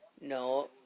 No